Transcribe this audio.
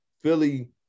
Philly